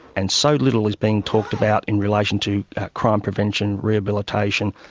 and so little is being talked about in relation to crime prevention, rehabilitation,